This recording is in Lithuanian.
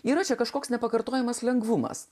yra kažkoks nepakartojamas lengvumas